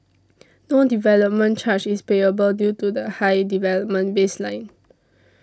no development charge is payable due to the high development baseline